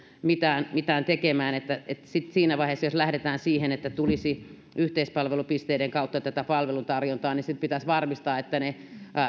mitään mitään tekemään sitten siinä vaiheessa jos lähdetään siihen että tulisi yhteispalvelupisteiden kautta tätä palveluntarjontaa pitäisi varmistaa että ne